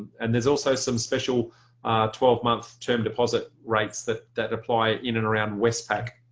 and there's also some special twelve month term deposit rates that that apply in and around westpac.